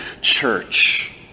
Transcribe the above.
church